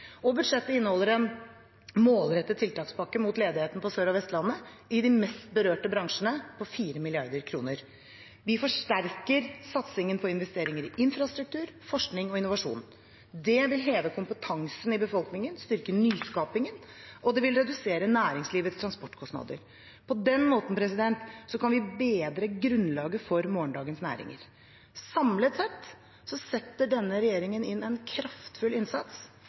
og budsjettet inneholder en målrettet tiltakspakke mot ledigheten på Sør- og Vestlandet i de mest berørte bransjene, på 4 mrd. kr. Vi forsterker satsingen på investeringer i infrastruktur, forskning og innovasjon. Det vil heve kompetansen i befolkningen, styrke nyskapingen og redusere næringslivets transportkostnader. På den måten kan vi bedre grunnlaget for morgendagens næringer. Samlet sett setter denne regjeringen inn en kraftfull innsats